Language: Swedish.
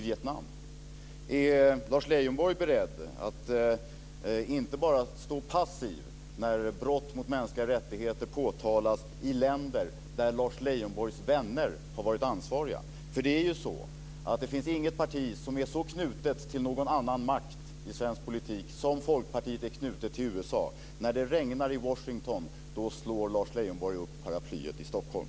Är Lars Leijonborg beredd att inte bara stå passiv när brott mot mänskliga rättigheter påtalas i länder där Lars Leijonborgs vänner har varit ansvariga? Det finns ju inget parti i svensk politik som är så knutet till någon annan makt som Folkpartiet är knutet till USA. När det regnar i Washington slår Lars Leijonborg upp paraplyet i Stockholm.